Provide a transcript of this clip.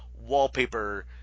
wallpaper